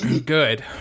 Good